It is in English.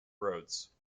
roads